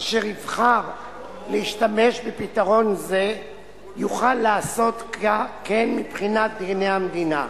אשר יבחר להשתמש בפתרון זה יוכל לעשות כן מבחינת דיני המדינה.